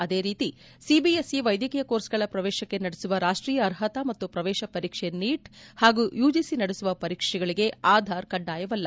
ಅದೇ ರೀತಿ ಸಿಬಿಎಸ್ಇ ವೈದ್ಯಕೀಯ ಕೋರ್ಸ್ಗಳ ಪ್ರವೇಶಕ್ಕೆ ನಡೆಸುವ ರಾರ್ಷಿಯ ಅರ್ಹತಾ ಮತ್ತು ಪ್ರವೇಶ ಪರೀಕ್ಷೆ ನೀಟ್ ಹಾಗೂ ಯುಜಿಸಿ ನಡೆಸುವ ಪರೀಕ್ಷೆಗಳಿಗೆ ಆಧಾರ್ ಕಡ್ಡಾಯವಲ್ಲ